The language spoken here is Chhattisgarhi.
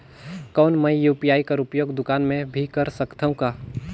कौन मै यू.पी.आई कर उपयोग दुकान मे भी कर सकथव का?